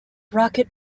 rocket